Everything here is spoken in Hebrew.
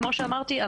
כמו שאמרתי,